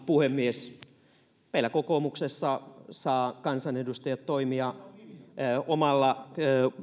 puhemies meillä kokoomuksessa saavat kansanedustajat toimia omalla